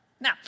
Now